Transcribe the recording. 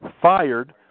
fired